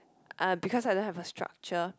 uh because I don't have a structure